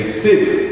city